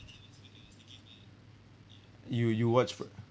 you you watch f~